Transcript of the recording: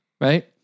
Right